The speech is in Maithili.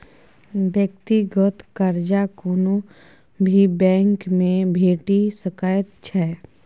व्यक्तिगत कर्जा कोनो भी बैंकमे भेटि सकैत छै